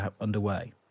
underway